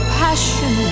passion